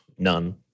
none